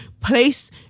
place